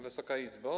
Wysoka Izbo!